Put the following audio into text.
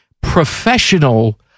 professional